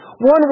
one